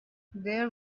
there